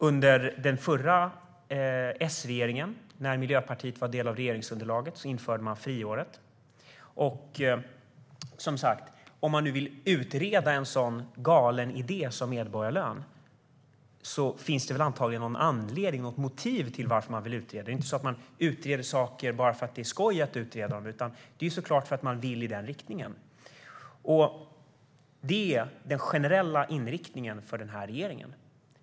Under den förra S-regeringen, när Miljöpartiet var del av regeringsunderlaget, infördes friåret. Om Miljöpartiet nu vill utreda en sådan galen idé som medborgarlön finns det antagligen ett motiv till det. Man utreder inte saker bara för att det är skoj. De vill såklart gå i den riktningen. Det är också den generella inriktningen för den här regeringen.